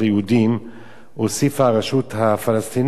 הוסיפה הרשות הפלסטינית את החוקים,